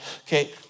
Okay